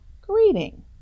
greeting